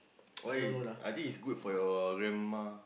why I think is good for your grandma